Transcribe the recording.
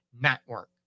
network